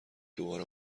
دوباره